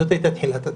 זאת הייתה תחילת הדרך.